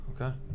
Okay